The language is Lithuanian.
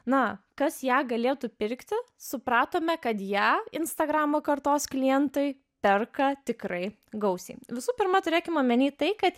na kas ją galėtų pirkti supratome kad ją instagramo kartos klientai perka tikrai gausiai visų pirma turėkim omenyje tai kad